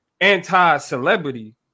anti-celebrity